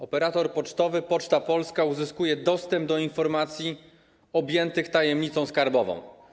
Operator pocztowy Poczta Polska uzyskuje dostęp do informacji objętych tajemnicą skarbową.